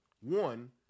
One